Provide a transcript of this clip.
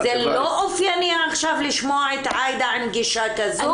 זה לא אופייני עכשיו לשמוע את עאידה עם גישה כזו.